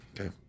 okay